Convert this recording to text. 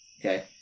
Okay